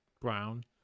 brown